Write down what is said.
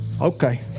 okay